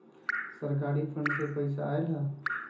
सरकारी फंड से पईसा आयल ह?